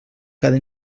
cada